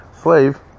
slave